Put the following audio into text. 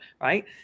right